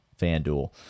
FanDuel